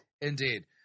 Indeed